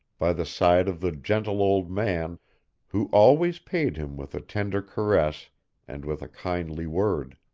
by the side of the gentle old man who always paid him with a tender caress and with a kindly word.